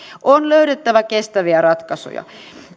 on löydettävä kestäviä ratkaisuja